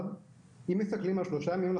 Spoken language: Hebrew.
בגלל קצב ההתרחבות שלו,